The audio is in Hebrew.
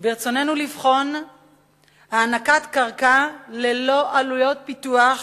ברצוננו לבחון הענקת קרקע ללא עלויות פיתוח